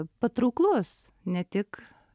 patrauklus ne tik